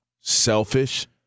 selfish